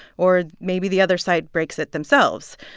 or maybe the other side breaks it themselves.